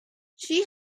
she